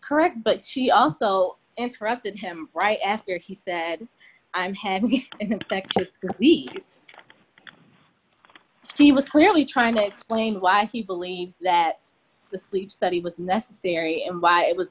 correct but she also interrupted him right after he said i'm head back this week he was clearly trying to explain why he believed that the sleep study was necessary and why i was